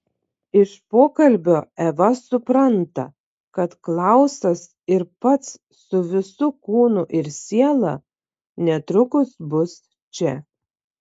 iš pokalbio eva supranta kad klausas ir pats su visu kūnu ir siela netrukus bus čia